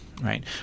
right